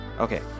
Okay